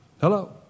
Hello